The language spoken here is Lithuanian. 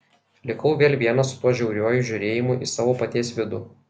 likau vėl vienas su tuo žiauriuoju žiūrėjimu į savo paties vidų